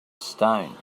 stone